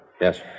Yes